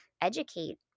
educate